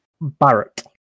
Barrett